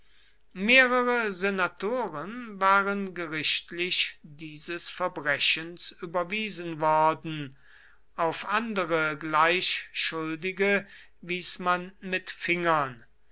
mehrere senatoren waren gerichtlich dieses verbrechens überwiesen worden auf andere gleich schuldige wies man mit fingern